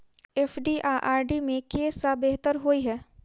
FD आ RD मे केँ सा बेहतर होइ है?